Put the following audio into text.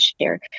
share